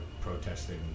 protesting